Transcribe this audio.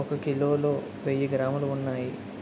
ఒక కిలోలో వెయ్యి గ్రాములు ఉన్నాయి